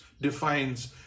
defines